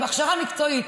עם הכשרה מקצועית,